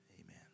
Amen